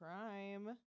crime